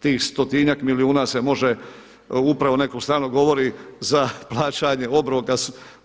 Tih stotinjak milijuna se može upravo u neku stranu govori za plaćanje obroka